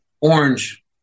orange